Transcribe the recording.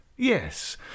Yes